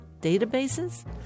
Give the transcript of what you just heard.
databases